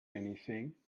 anything